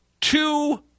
two